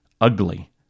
ugly